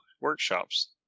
workshops